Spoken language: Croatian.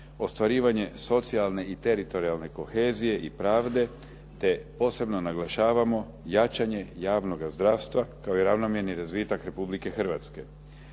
ostvarivanje socijalne i teritorijalne kohezije i pravde, te posebno naglašavamo jačanje javnoga zdravstva kao i ravnomjerni razvitak Republike Hrvatske.